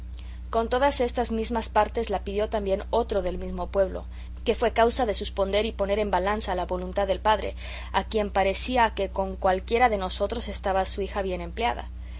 con todas estas mismas partes la pidió también otro del mismo pueblo que fue causa de suspender y poner en balanza la voluntad del padre a quien parecía que con cualquiera de nosotros estaba su hija bien empleada